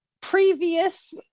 previous